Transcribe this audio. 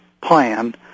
plan